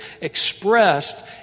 expressed